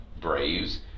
braves